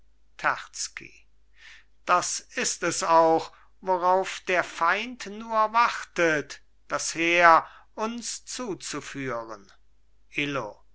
das ist es auch worauf der feind nur wartet das heer uns zuzuführen illo